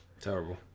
terrible